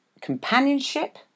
companionship